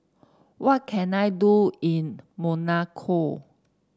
what can I do in Monaco